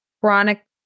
chronic